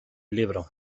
libro